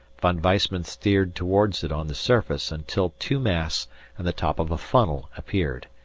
von weissman steered towards it on the surface until two masts and the top of a funnel appeared.